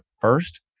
first